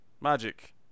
magic